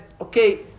okay